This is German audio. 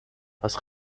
das